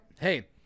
hey